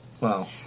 Wow